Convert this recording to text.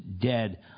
dead